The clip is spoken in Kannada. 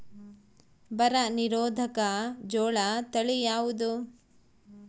ಬರ ನಿರೋಧಕ ಜೋಳ ತಳಿ ಯಾವುದು?